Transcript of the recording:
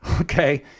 okay